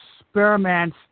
experiment